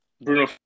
Bruno